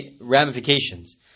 ramifications